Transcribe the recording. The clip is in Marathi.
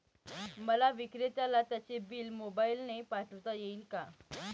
मला विक्रेत्याला त्याचे बिल मोबाईलने पाठवता येईल का?